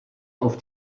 auf